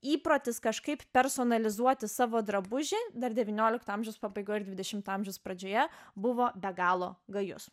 įprotis kažkaip personalizuoti savo drabužį dar devyniolikto amžiaus pabaigoj ir dvidešimto amžiaus pradžioje buvo be galo gajus